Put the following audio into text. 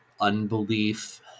unbelief